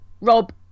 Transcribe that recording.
Rob